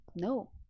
No